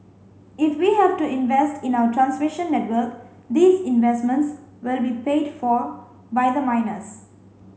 if we have to invest in our transmission network these investments will be paid for by the miners